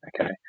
Okay